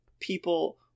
people